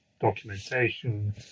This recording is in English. documentation